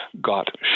got